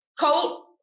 coat